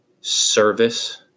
service